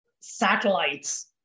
satellites